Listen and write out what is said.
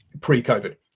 pre-COVID